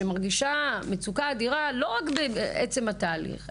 שמרגישה מצוקה אדירה לא רק בעצם התהליך,